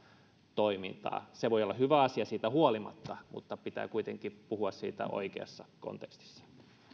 toimintaa se voi olla hyvä asia siitä huolimatta mutta pitää kuitenkin puhua siitä oikeassa kontekstissa